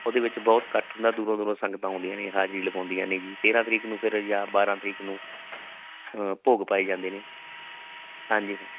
ਉਹਦੇ ਵਿੱਚ ਬਹੁਤ ਇਕੱਠ ਹੁੰਦਾ ਦੂਰੋਂ ਦੂਰੋਂ ਸੰਗਤਾਂ ਆਉਂਦੀਆਂ ਨੇ ਹਾਜ਼ਰੀ ਲਵਾਉਂਦੀਆਂ ਨੇ ਜੀ ਤੇਰ੍ਹਾਂ ਤਰੀਕ ਨੂੰ ਫਿਰ ਬਾਰ੍ਹਾਂ ਤਰੀਕ ਨੂੰ ਭੋਗ ਪਾਏ ਜਾਂਦੇ ਨੇ ਹਾਂਜੀ ਹਾਂਜੀੀ